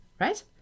right